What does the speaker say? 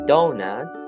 Donut